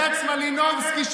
בד"ץ מלינובסקי שלכם.